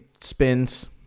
spins